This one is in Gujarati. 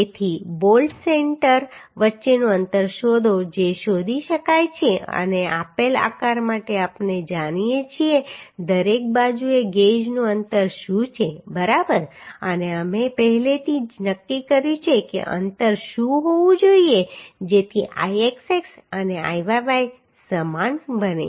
તેથી બોલ્ટ સેન્ટર વચ્ચેનું અંતર શોધો જે શોધી શકાય છે અને આપેલ આકાર માટે આપણે જાણીએ છીએ કે દરેક બાજુએ ગેજનું અંતર શું છે બરાબર અને અમે પહેલેથી જ નક્કી કર્યું છે કે અંતર શું હોવું જોઈએ જેથી Ixx અને Iyy સમાન બને